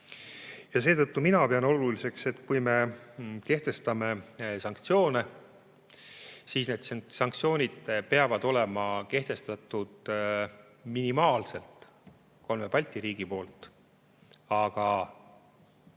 Seetõttu pean ma oluliseks, et kui me kehtestame sanktsioone, siis need sanktsioonid peaksid olema kehtestatud minimaalselt kolme Balti riigi poolt, aga